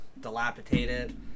dilapidated